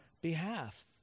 behalf